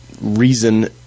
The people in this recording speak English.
reason